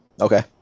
okay